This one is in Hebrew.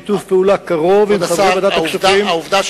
בשיתוף פעולה קרוב עם חברי ועדת הכספים,